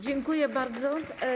Dziękuję bardzo.